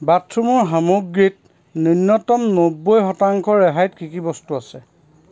বাথৰুমৰ সামগ্ৰীত ন্যূনতম নব্বৈ শতাংশ ৰেহাইত কি কি বস্তু আছে